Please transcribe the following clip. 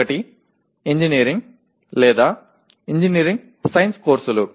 ఒకటి ఇంజనీరింగ్ లేదా engineering science కోర్సులు